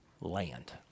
land